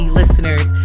listeners